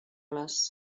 les